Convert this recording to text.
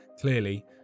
clearly